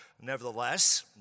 Nevertheless